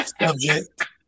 subject